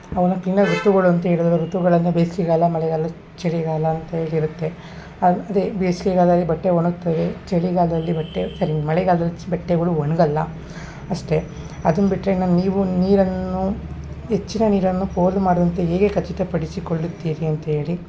ಅವನ್ನ ಋತುಗಳು ಹೇಳಿರೋದು ಋತುಗಳಂದರೆ ಬೇಸಿಗೆಗಾಲ ಮಳೆಗಾಲ ಚಳಿಗಾಲ ಅಂತ ಇರುತ್ತೆ ಅದೇ ಬೇಸಿಗೆಗಾಲದಲ್ಲಿ ಬಟ್ಟೆ ಒಣಗ್ತವೆ ಚಳಿಗಾಲದಲ್ಲಿ ಬಟ್ಟೆ ಸಾರಿ ಮಳೆಗಾಲ್ದಲ್ಲಿ ಚ್ ಬಟ್ಟೆಗಳು ಒಣಗಲ್ಲ ಅಷ್ಟೇ ಅದನ್ನು ಬಿಟ್ಟರೆ ಇನ್ನು ನೀವು ನೀರನ್ನು ಹೆಚ್ಚಿನ ನೀರನ್ನು ಪೋಲು ಮಾಡದಂತೆ ಹೇಗೆ ಖಚಿತ ಪಡಿಸಿಕೊಳ್ಳುತ್ತೀರಿ ಅಂತ ಹೇಳಿ